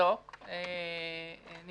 אבדוק את הדברים.